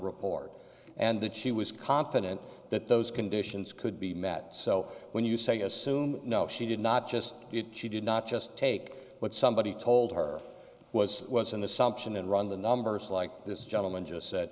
report and that she was confident that those conditions could be met so when you say assume no she did not just get she did not just take what somebody told her was was an assumption and run the numbers like this gentleman just said